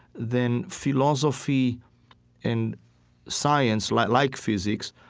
then philosophy and science, like like physics,